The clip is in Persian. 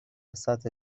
سطح